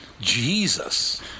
Jesus